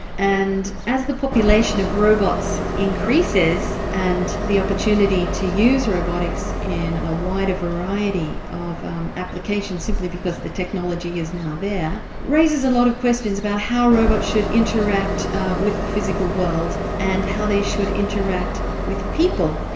and as the population of robots increases and the opportunity to use robotics in a wider variety of um applications simply because the technology is now there, it raises a lot of questions about how robots should interact with the physical world and how they should interact with people,